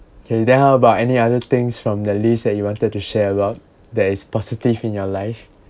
okay then how about any other things from that list that you wanted to share about that is positive in your life